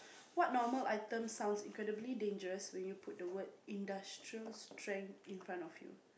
what normal item sounds incredibly dangerous when you put the word industrial strength in front of you